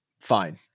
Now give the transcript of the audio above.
fine